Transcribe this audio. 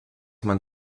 mein